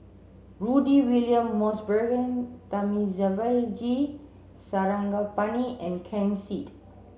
Rudy William Mosbergen Thamizhavel G Sarangapani and Ken Seet